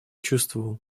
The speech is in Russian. чувствовал